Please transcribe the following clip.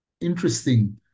Interesting